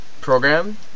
program